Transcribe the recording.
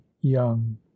young